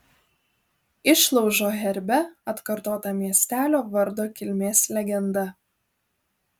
išlaužo herbe atkartota miestelio vardo kilmės legenda